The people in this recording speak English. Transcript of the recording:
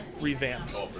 revamped